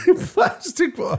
Plastic